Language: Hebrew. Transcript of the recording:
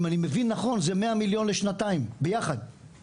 אם אני מבין נכון זה 100 מיליון לשנתיים, ביחד.